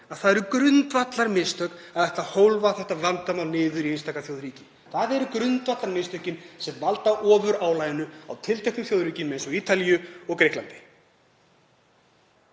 það eru grundvallarmistök að það eigi að hólfa þetta vandamál niður í einstaka þjóðríki. Það eru grundvallarmistökin sem valda ofurálagi á tiltekin þjóðríki eins og Ítalíu og Grikkland.